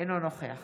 אינו נוכח